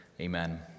Amen